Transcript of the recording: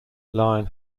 lyon